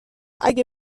اگه